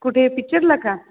कुठे पिक्चरला का